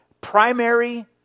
primary